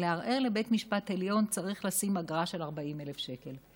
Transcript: שכדי לערער לבית המשפט העליון צריך לשים אגרה של 40,000 שקל,